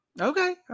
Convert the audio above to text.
okay